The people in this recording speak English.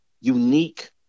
unique